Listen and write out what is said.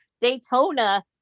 Daytona